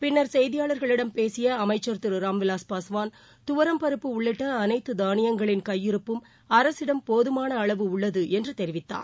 பின்னர் செய்தியாளர்களிடம் பேசியஅமைச்சர் திருராம்விலாஸ் பாஸ்வான் துவரம்பருப்பு உள்ளிட்ட அனைத்துதானியங்களின் கையிருப்பும் அரசிடம் போதுமானஅளவு உள்ளதுஎன்றுதெரிவித்தார்